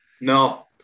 no